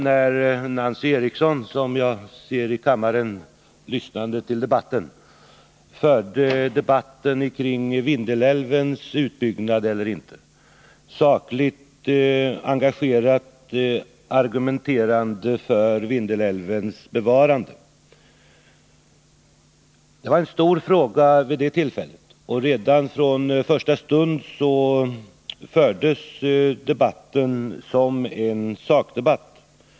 Nancy Eriksson, som jag nu ser i kammaren lyssnande till debatten, diskuterade då frågan om Vindelälven skulle utbyggas eller inte — sakligt, engagerat, argumenterande för Vindelälvens bevarande. Det var en stor fråga vid det tillfället, och redan från första stund fördes debatten som en sakdebatt.